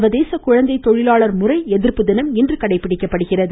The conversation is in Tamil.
சர்வதேச குழந்தை தொழிலாளர் முறை எதிர்ப்பு தினம் இன்று கடைபிடிக்கப்படுகிறது